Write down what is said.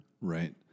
Right